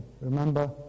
remember